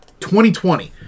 2020